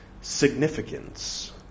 Significance